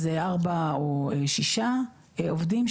אז ארבע או שישה עובדים,